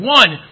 one